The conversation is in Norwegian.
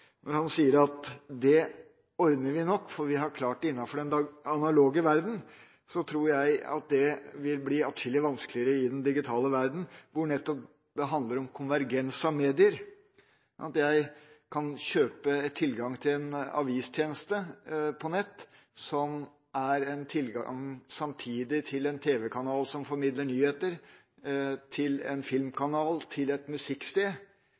når han sier at det ordner vi nok, for vi har klart det innenfor den analoge verdenen. Jeg tror at dette vil bli atskillig vanskeligere i den digitale verdenen, hvor det nettopp handler om konvergens i medier – at jeg kan kjøpe tilgang til en avistjeneste på nett som samtidig gir tilgang til en tv-kanal som formidler nyheter, til en filmkanal, til et musikksted.